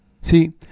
See